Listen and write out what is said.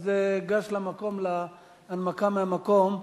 אז גש למקום, להנמקה מהמקום,